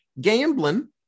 gambling